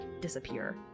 disappear